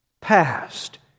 past